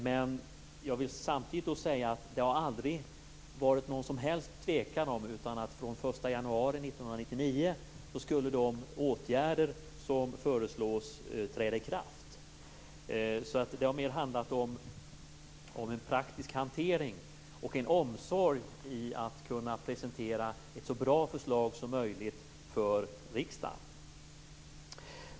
Men jag vill samtidigt säga att det aldrig har varit någon som helst tvekan om att de åtgärder som föreslås skulle träda i kraft den 1 januari 1999. Det har mer handlat om en praktisk hantering och en omsorg om att kunna presentera ett så bra förslag som möjligt för riksdagen.